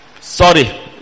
sorry